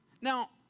now